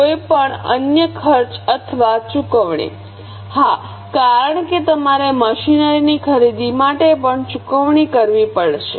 કોઈપણ અન્ય ખર્ચ અથવા ચુકવણી હા કારણ કે તમારે મશીનરીની ખરીદી માટે પણ ચૂકવણી કરવી પડશે